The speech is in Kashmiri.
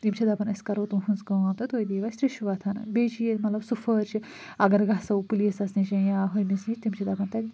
تِم چھِ دپان أسۍ کَرو تُہنٛز کٲم تہٕ تُہۍ دِیِو اسہِ رُشوت بیٚیہِ چھِ ییٚتہِ مطلب سُفٲرشہِ اگر گَژھو پولیٖسَس نِش یا ہوٚمِس نِش تِم چھِ دَپان تَتہِ